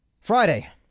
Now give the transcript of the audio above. Friday